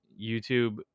YouTube